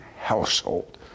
household